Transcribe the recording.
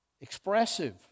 expressive